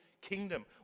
kingdom